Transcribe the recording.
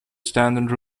standard